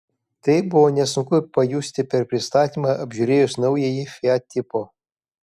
tai buvo nesunku pajusti per pristatymą apžiūrėjus naująjį fiat tipo